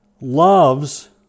loves